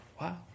Wow